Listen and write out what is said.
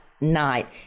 night